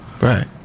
Right